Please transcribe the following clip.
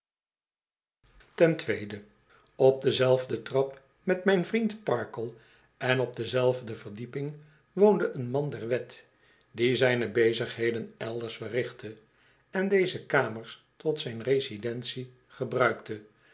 ten tweede op dezelfde trap met mijn vriend parkle en op dezelfde verdieping woonde een man der wet die zijne bezigheden elders verrichtte en deze kamers tot zijn residentie gebruikte